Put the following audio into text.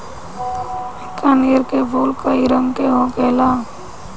कनेर के फूल कई रंग के होखेला